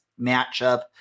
matchup